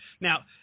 Now